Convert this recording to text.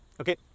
okay